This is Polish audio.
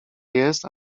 jest